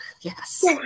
yes